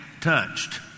touched